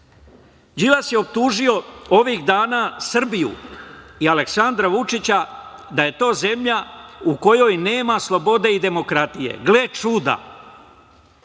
je optužio ovih dana Srbiju i Aleksandra Vučića da je to zemlja u kojoj nema slobode i demokratije. Gle čuda,